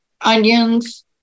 Onions